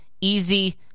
easy